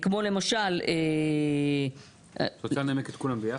כמו למשל --- רוצה לנמק את כולם ביחד?